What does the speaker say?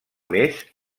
més